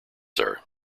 sir